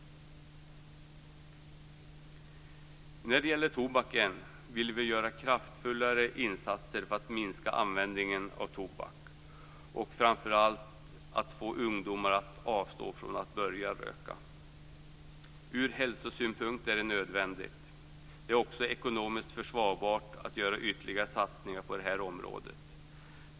Vi vill göra kraftfullare insatser för att minska användningen av tobak och framför allt få ungdomar att avstå från att börja röka. Ur hälsosynpunkt är det nödvändigt. Det är också ekonomiskt försvarbart att göra ytterligare satsningar på det här området.